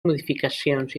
modificacions